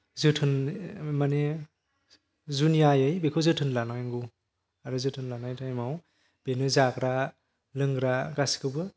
जोथोन माने जुनियायै बेखौ जोथोन लानांगौ आरो जोथोन लानाय टाइमाव बेनो जाग्रा लोंग्रा गासैखौबो